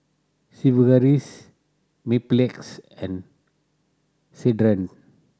Sigvaris Mepilex and Ceradan